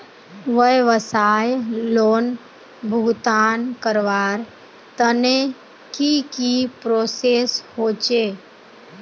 व्यवसाय लोन भुगतान करवार तने की की प्रोसेस होचे?